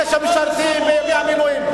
אלה שמשרתים במילואים.